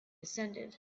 descended